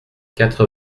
quatre